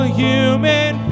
human